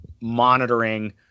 monitoring